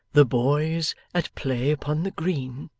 the boys at play upon the green